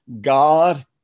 God